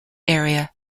area